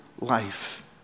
life